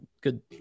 good